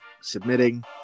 submitting